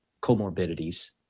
comorbidities